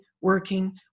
working